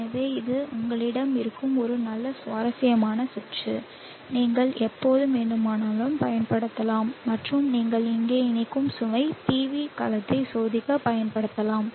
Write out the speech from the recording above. எனவே இது உங்களிடம் இருக்கும் ஒரு நல்ல சுவாரஸ்யமான சுற்று நீங்கள் எப்போது வேண்டுமானாலும் பயன்படுத்தலாம் மற்றும் நீங்கள் இங்கே இணைக்கும் சுமை PV கலத்தை சோதிக்க பயன்படுத்தலாம்